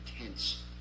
intense